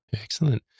Excellent